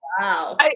wow